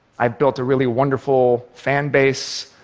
i've built a really wonderful fan base,